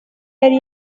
yali